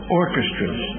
orchestras